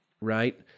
Right